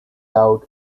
out